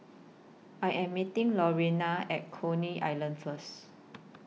I Am meeting Lurena At Coney Island First